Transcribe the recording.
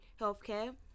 healthcare